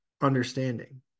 understanding